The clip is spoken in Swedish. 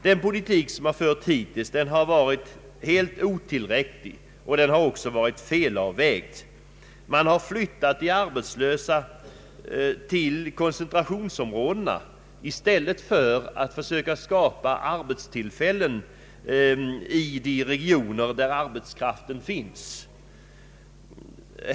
Den politik som hittills förts har varit helt otillräcklig och även felavvägd. Man har flyttat de arbetslösa till koncentrationsområdena i stället för att söka skapa arbetstillfällen i de regio ner där arbetskraften finns.